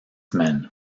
men